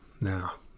now